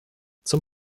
zum